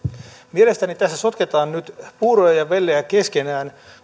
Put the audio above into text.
mielestäni tässä sotketaan nyt puuroja ja vellejä keskenään